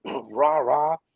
rah-rah